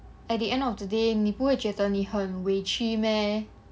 at the end of the day 你不会觉得你很委屈 meh